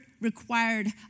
required